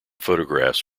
photographs